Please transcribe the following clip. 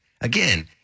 Again